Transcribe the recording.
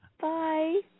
Bye